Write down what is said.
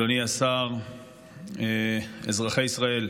אדוני השר, אזרחי ישראל,